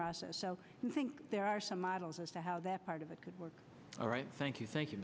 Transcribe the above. process so i think there are some models as to how that part of it could work all right thank you thank you